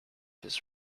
his